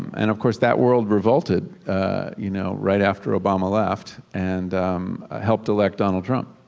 and of course that world revolted you know right after obama left. and helped elect donald trump.